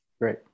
Great